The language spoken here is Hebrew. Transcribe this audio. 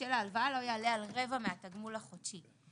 בשל ההלוואה לא יעלה על רבע מהתגמול החודשי.